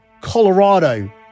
Colorado